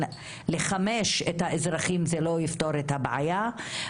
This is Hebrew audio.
לחמש את האזרחים זה לא יפתור את הבעיה,